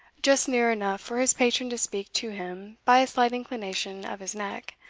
just near enough for his patron to speak to him by a slight inclination of his neck,